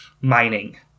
mining